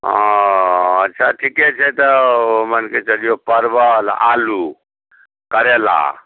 ओ अच्छा ठीके छै तऽ मानिके चलियौ परबल आलू करेला